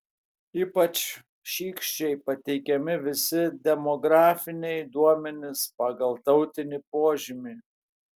ypač šykščiai pateikiami visi demografiniai duomenys pagal tautinį požymį